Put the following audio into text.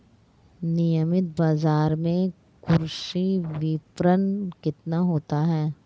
नियमित बाज़ार में कृषि विपणन कितना होता है?